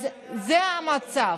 אם היית יודעת מה אני לא יודע, זה המצב.